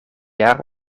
jaar